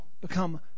become